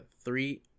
three